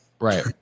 Right